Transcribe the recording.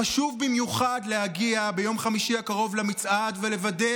חשוב במיוחד להגיע ביום חמישי הקרוב למצעד ולוודא